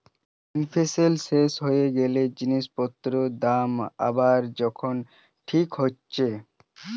inflation শেষ হয়ে গ্যালে জিনিস পত্রের দাম আবার যখন ঠিক হচ্ছে